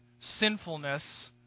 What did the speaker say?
sinfulness